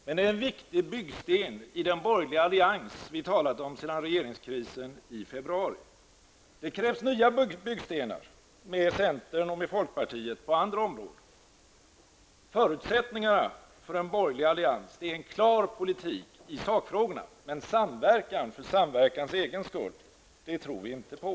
Med det är en viktig byggsten i den borgerliga allians som vi har talat om sedan regeringskrisen i februari. Det krävs på andra områden nya byggstenar tillsammans med centern och folkpartiet. Förutsättningarna för en borgerlig allians är en klar politik i sakfrågorna, men samverkan för samverkans egen skull tror vi inte på.